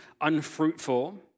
unfruitful